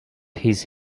his